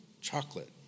chocolate